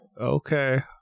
Okay